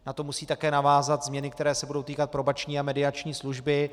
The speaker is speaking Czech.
Na to musí také navázat změny, které se budou týkat probační a mediační služby.